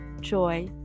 joy